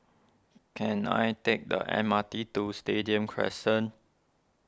can I take the M R T to Stadium Crescent